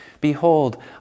Behold